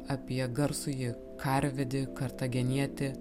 apie garsųjį karvedį kartagenietį